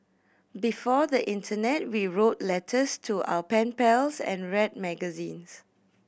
before the internet we wrote letters to our pen pals and read magazines